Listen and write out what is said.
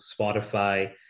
Spotify